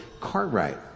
Cartwright